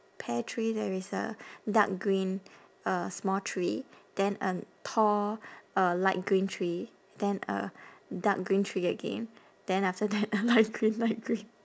pear tree there is a dark green uh small tree then a tall uh light green tree then a dark green tree again then after that a light green light green